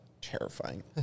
terrifying